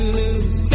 lose